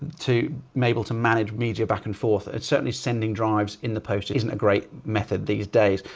to maybe to manage media back and forth. it's certainly sending drives in the post isn't a great method these days.